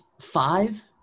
five